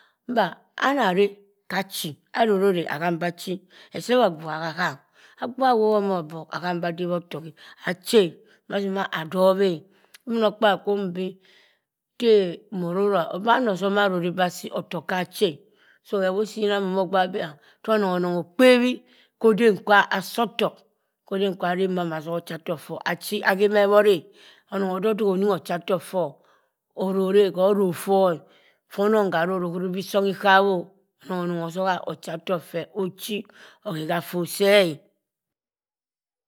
Mba anare achi. Aroron ahamba chi except agbuha hahamm. Agbuha awobho mobok aham bah adeb afok e achi e, ma si ma adob e ibinokapabi kwo ben bi teh moronga bii ana osom assi, ofok kha achi e. So khe wosii yam mono gbak bii tonong onongokpebhi hodem kwa asi ofok modem kwa renghamo asa zcha ochatok ffoh achi akhe meh ebhor eh. onong ododok oningho achatok ffoh arori, kho rorr ffoh e. Fah onong harorr ohuri bii ishbh o. Onong onong osoha ocha tok feh oghe hafot sch e.